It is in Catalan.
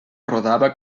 rodava